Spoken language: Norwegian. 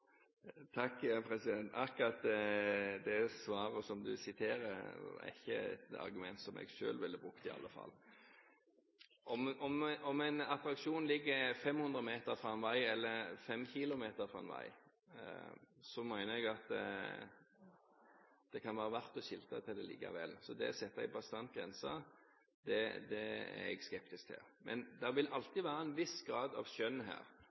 Akkurat det svaret som representanten viser til, er i alle fall ikke et argument som jeg selv ville brukt. Om en attraksjon ligger 500 meter fra en vei eller 5 kilometer fra en vei, mener jeg at det kan være verdt å skilte til den allikevel, så det å sette en bastant grense er jeg skeptisk til. Men det vil alltid være en viss grad av skjønn her,